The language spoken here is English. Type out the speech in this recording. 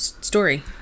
Story